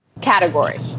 category